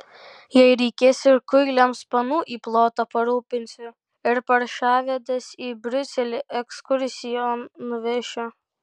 jei reikės ir kuiliams panų į plotą parūpinsiu ir paršavedes į briuselį ekskursijon nuvešiu